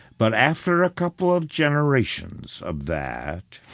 but after a couple of generations of that,